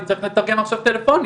אני צריך לתרגם עכשיו טלפונית,